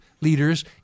leaders